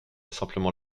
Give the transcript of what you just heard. simplement